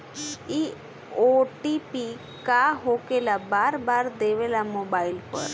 इ ओ.टी.पी का होकेला बार बार देवेला मोबाइल पर?